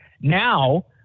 Now